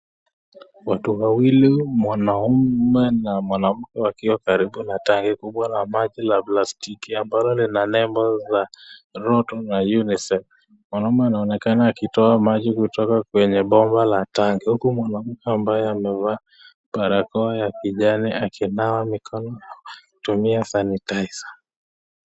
Watu wawili, mwanaume na mwanamke wakiwa karibu na rangi kubwa la maji ya blastiki ambayo Lina nebo( UNESEF) . Wanaume anaonekana akitoa maji kwenye bomba la tangi huku mwanamke amevalia barakoa ya kijani akinawa mkono akitumia ( sanitizer).